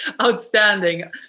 Outstanding